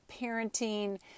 parenting